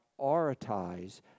prioritize